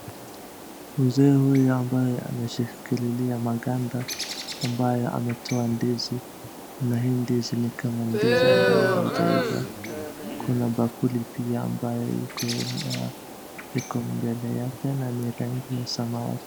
Mzee huyu ambaye ameshikililia maganda ambayo ametoa ndizi za hii ndizi ni kama ndizi ambaye haijaiva. Kuna bakuli pia ambaye iko mbele yake na ni rangi ya samawati.